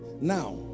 Now